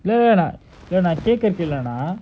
இல்லலஇல்லநான்கேக்கறதுஎன்னன்னா:illaila illa naan kekradhu ennanna